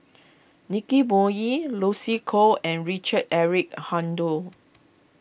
Nicky Moey Lucy Koh and Richard Eric Holttum